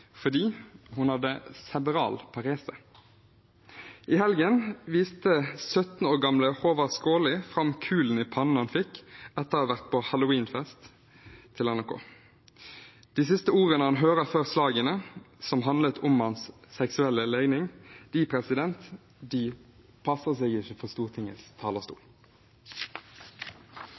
fordi hun har cerebral parese. I helgen viste 17 år gamle Håvard Skåli fram kulen i pannen han fikk etter å ha vært på halloweenfest, til NRK. De siste ordene han hørte før slagene, som handlet om hans seksuelle legning, passer seg ikke for Stortingets talerstol.